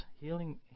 healing